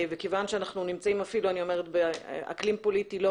וכיוון שאנחנו נמצאים באקלים פוליטי לא